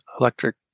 electric